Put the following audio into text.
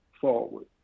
forward